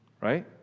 right